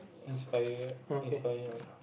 inspired inspired